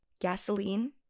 gasoline